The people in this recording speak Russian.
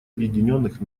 объединенных